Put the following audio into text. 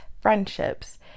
friendships